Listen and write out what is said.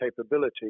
capability